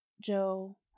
Joe